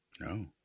No